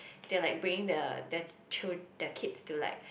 they're like bringing the their their chil~ their kids to like